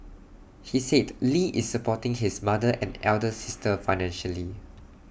he said lee is supporting his mother and elder sister financially